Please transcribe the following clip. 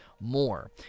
more